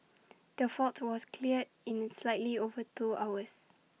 the fault was cleared in slightly over two hours